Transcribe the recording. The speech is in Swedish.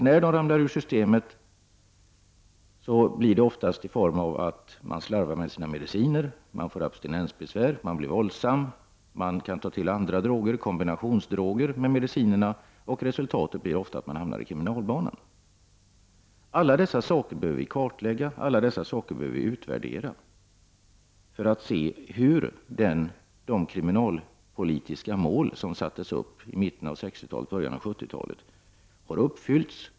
När det sker blir det oftast på det sättet att de slarvar med medicinerna, att de får abstinensbesvär, att de blir våldsamma och att de kan ta till andra droger och kombinationsdroger tillsammans med medicinerna. Resultatet blir ofta att de hamnar i kriminalitet. Alla dessa saker behöver vi kartlägga och utvärdera för att se hur de kriminalpolitiska mål som sattes upp i mitten av 60-talet och början av 70-talet har uppfyllts.